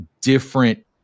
different